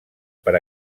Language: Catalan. per